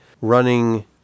running